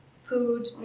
food